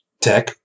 Tech